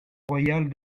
royale